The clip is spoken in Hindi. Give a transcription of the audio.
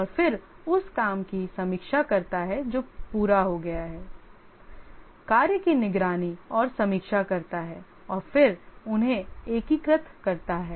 और फिर उस काम की समीक्षा करता है जो पूरा हो गया है कार्य की निगरानी और समीक्षा करता है और फिर उन्हें एकीकृत करता है